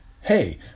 Hey